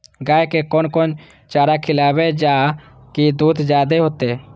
गाय के कोन कोन चारा खिलाबे जा की दूध जादे होते?